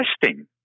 testing